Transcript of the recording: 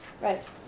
Right